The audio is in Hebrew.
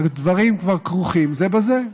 הדברים כבר כרוכים זה בזה.